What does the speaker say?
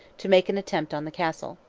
to make an attempt on the castle.